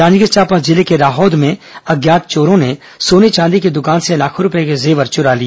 जांजगीर चांपा जिले के राहौद में अज्ञात चोरों ने सोने चांदी की दुकान से लाखों रूपये के जेवर चुरा लिए